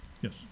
Yes